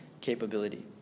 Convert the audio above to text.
capability